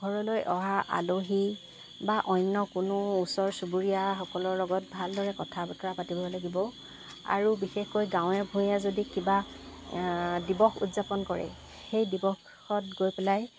ঘৰলৈ অহা আলহী বা অন্য কোনো ওচৰ চুবুৰীয়াসকলৰ লগত ভালদৰে কথা বতৰা পাতিব লাগিব আৰু বিশেষকৈ গাৱেঁ ভূঞে যদি কিবা দিৱস উদযাপন কৰে সেই দিৱসত গৈ পেলাই